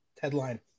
headline